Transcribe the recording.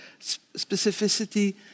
specificity